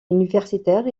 universitaire